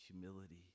humility